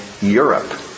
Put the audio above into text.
Europe